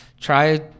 try